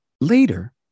later